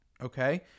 okay